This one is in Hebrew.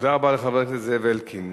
תודה רבה לחבר הכנסת זאב אלקין.